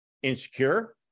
insecure